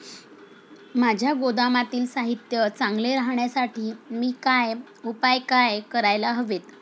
माझ्या गोदामातील साहित्य चांगले राहण्यासाठी मी काय उपाय काय करायला हवेत?